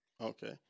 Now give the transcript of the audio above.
okay